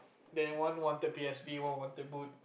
then everyone wanted P_S_P everyone wanted bo~